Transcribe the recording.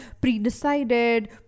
pre-decided